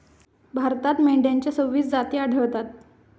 भारतात मेंढ्यांच्या सव्वीस जाती आढळतात